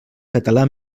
català